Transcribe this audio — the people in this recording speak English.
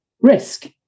risk